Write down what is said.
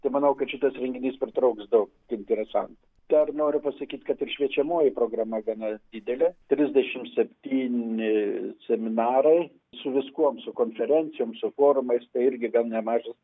tai manau kad šitas renginys pritrauks daug interesantų dar noriu pasakyt kad ir šviečiamoji programa gana didelė trisdešim septyni seminarai su viskuom su konferencijom su forumais tai irgi gan nemažas